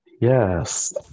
Yes